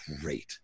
great